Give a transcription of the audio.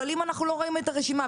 אבל אם אנחנו לא רואים את הרשימה,